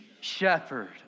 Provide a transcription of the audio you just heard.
shepherd